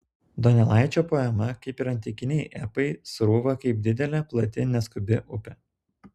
donelaičio poema kaip ir antikiniai epai srūva kaip didelė plati neskubi upė